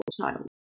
child